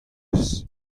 eus